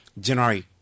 January